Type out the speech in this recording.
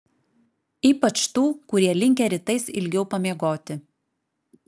ypač tų kurie linkę rytais ilgiau pamiegoti